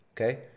okay